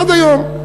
עד היום.